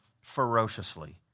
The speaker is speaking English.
ferociously